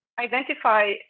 identify